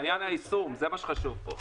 היישום, זה מה שחשוב פה.